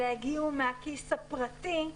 אלא יגיעו מהכיס הפרטי,